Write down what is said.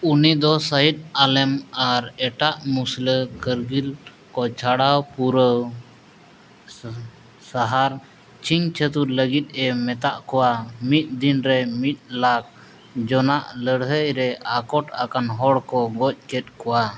ᱩᱱᱤᱫᱚ ᱥᱟᱹᱦᱤᱫ ᱟᱞᱚᱢ ᱟᱨ ᱮᱴᱟᱜ ᱢᱩᱥᱞᱟᱹ ᱠᱟᱹᱨᱜᱤᱞ ᱠᱚ ᱪᱷᱟᱲᱟᱣ ᱯᱩᱨᱟᱹᱣ ᱥᱟᱦᱟᱨ ᱪᱷᱤᱝ ᱪᱷᱟᱹᱛᱩᱨ ᱞᱟᱹᱜᱤᱫ ᱮ ᱢᱮᱛᱟᱫ ᱠᱚᱣᱟ ᱢᱤᱫ ᱫᱤᱱ ᱨᱮ ᱢᱤᱫ ᱞᱟᱠᱷ ᱡᱚᱱᱟᱜ ᱞᱟᱹᱲᱦᱟᱹᱭ ᱨᱮ ᱟᱠᱚᱴ ᱟᱠᱟᱱ ᱦᱚᱲᱠᱚ ᱜᱚᱡ ᱠᱮᱫ ᱠᱚᱣᱟ